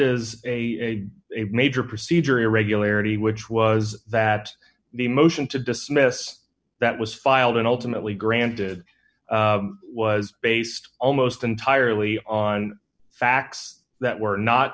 is a major procedure irregularity which was that the motion to dismiss that was filed and ultimately granted was based almost entirely on facts that were not